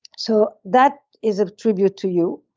so that is a tribute to you.